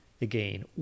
again